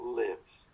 lives